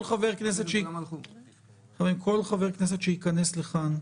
כל חבר כנסת שייכנס לכאן,